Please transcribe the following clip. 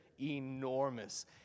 enormous